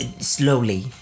slowly